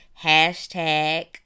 hashtag